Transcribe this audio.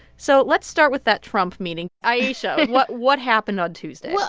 so let's start with that trump meeting. ayesha, what what happened on tuesday? yeah